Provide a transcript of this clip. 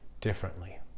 differently